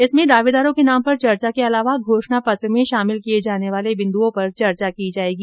इसमें दावेदारों के नाम पर चर्चा के अलावा घोषणा पत्र में शामिल किये जाने वाले बिन्दुओं पर चर्चा की जायेगी